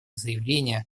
заявление